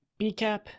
BCAP